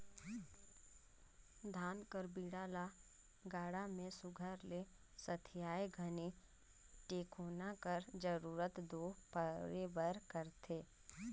धान कर बीड़ा ल गाड़ा मे सुग्घर ले सथियाए घनी टेकोना कर जरूरत दो परबे करथे